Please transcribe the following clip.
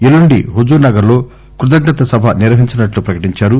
ఎల్లుండి హుజుర్ నగర్ లో కృతజ్ఞత సభ నిర్వహించనున్నట్లు ప్రకటించారు